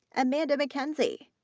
emmanda mckenzie,